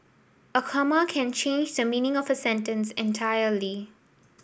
a comma can change the meaning of a sentence entirely